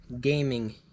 gaming